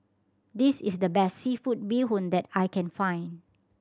this is the best seafood bee hoon that I can find